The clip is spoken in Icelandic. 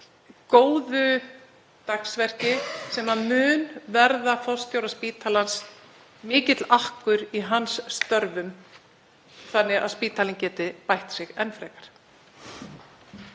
góðu dagsverki sem mun verða forstjóra spítalans mikill akkur í hans störfum þannig að spítalinn geti bætt sig enn frekar.